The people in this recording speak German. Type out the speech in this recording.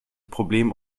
problem